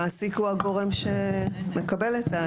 המעסיק הוא הגורם שחייב לקבל את האישור.